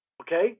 Okay